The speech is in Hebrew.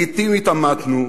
לעתים התעמתנו,